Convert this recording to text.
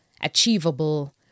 achievable